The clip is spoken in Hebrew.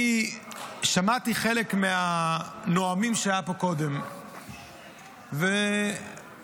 אני שמעתי חלק מהנואמים שהיו פה קודם --- כמה זה עולה?